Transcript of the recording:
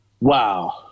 Wow